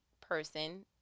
person